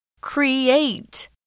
Create